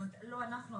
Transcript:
לא אנחנו,